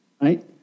right